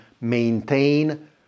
maintain